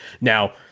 Now